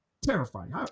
terrifying